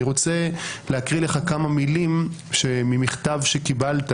אני רוצה להקריא לך כמה מילים ממכתב שקיבלת